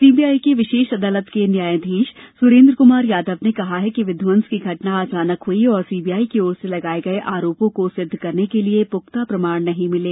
CBI की विशेष अदालत के न्यायाधीश सुरेन्द्र कुमार यादव ने कहा कि विध्वंस की घटना अचानक हुई और सीबीआई की ओर से लगाए गए आरोपों को सिद्ध करने के लिए पुख्ता प्रमाण नहीं मिले